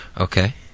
okay